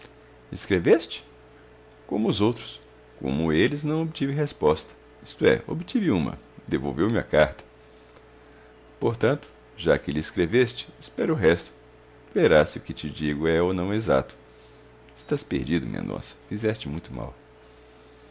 escreveste como os outros como eles não obtive resposta isto é obtive uma devolveu me a carta portanto já que lhe escreveste espera o resto verás se o que te digo é ou não exato estás perdido mendonça fizeste muito mal